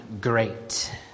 great